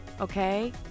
Okay